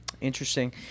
Interesting